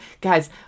Guys